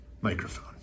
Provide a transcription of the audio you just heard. microphone